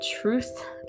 truth